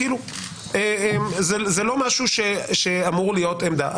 כאילו זה לא משהו שאמור להיות עמדה.